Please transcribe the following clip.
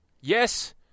yes